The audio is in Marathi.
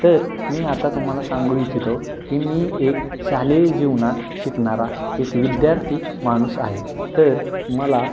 तर मी आता तुम्हाला सांगू इच्छितो की मी एक शालेय जीवनात शिकणारा एक विद्यार्थी माणूस आहे तर मला